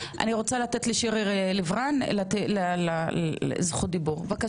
שירי לב רן לביא,